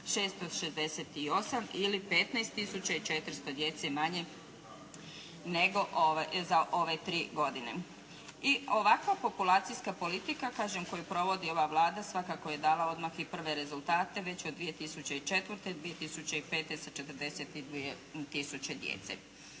i 400 djece manje nego za ove tri godine. I ovakva populacijska politika kažem koju provodi ova Vlada svakako je dala odmah i prve rezultate, već od 2004., 2005. sa 42 tisuće djece.